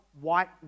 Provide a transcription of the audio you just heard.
white